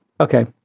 Okay